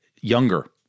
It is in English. Younger